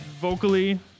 vocally